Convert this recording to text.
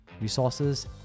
resources